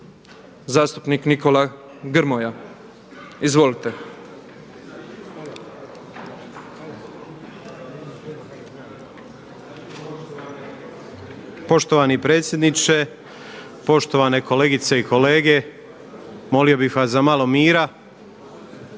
Zastupnik Nikola Grmoja. Izvolite. **Grmoja, Nikola (MOST)** Poštovani predsjedniče, poštovane kolegice i kolege, molio bih vas za malo mira.